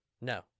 No